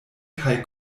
kaj